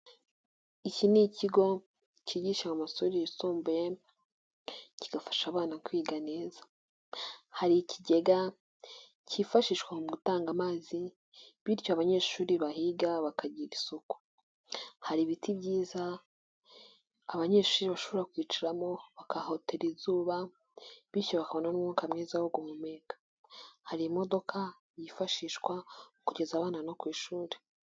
Iki ni ikigo kigisha mu mashuri yisumbuye kigafasha abana kwiga neza, hari ikigega kifashishwa mu gutanga amazi bityo abanyeshuri bahiga bakagira isuku, hari ibiti byiza abanyeshuri bashobora kwicaramo bagahotera izuba bityo bakabona n'umwuka mwiza wo guhumeka, hari imodoka yifashishwa kugeza abana no ku ishuri.